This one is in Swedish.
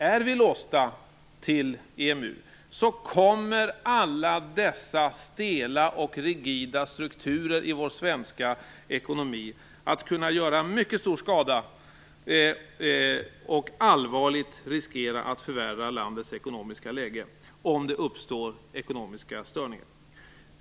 Är vi låsta till EMU kommer alla dessa stela och rigida strukturer i vår svenska ekonomi att kunna göra mycket stor skada och allvarligt riskera att förvärra landets ekonomiska läge om det uppstår ekonomiska störningar.